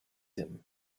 him